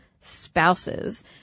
spouses